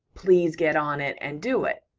please get on it and do it.